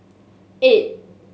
eight